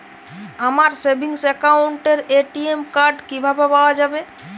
আমার সেভিংস অ্যাকাউন্টের ATM card কিভাবে পাওয়া যাবে?